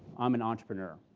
i'm an entrepreneur.